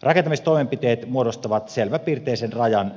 rakentamistoimenpiteet muodostavat selväpiirteisen rajan